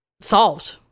solved